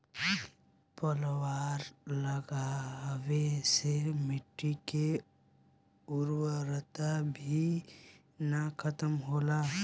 पलवार लगावे से माटी के उर्वरता भी ना खतम होला